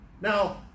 Now